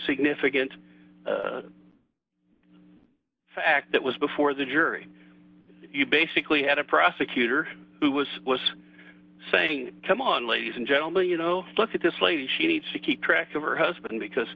significant fact that was before the jury you basically had a prosecutor who was was saying come on ladies and gentlemen you know look at this lady she needs to keep track of her husband because